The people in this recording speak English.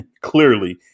clearly